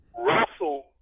Russell